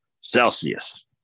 Celsius